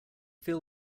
feel